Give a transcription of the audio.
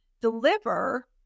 deliver